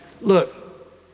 look